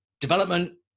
development